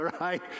right